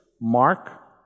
mark